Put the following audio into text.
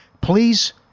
Please